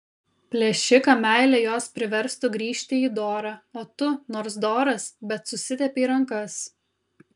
plėšiką meilė jos priverstų grįžt į dorą o tu nors doras bet susitepei rankas